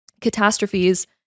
catastrophes